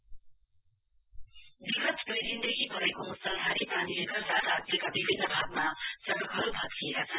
rain विगत दुई दिन देखि परेको मुसलधारे पानीले गर्दा राज्यका विभिन्न भागमा सड़कहरु भत्किएका छन्